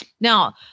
Now